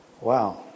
Wow